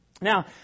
Now